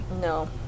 No